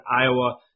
Iowa